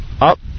up